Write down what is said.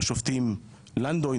השופטים לנדוי,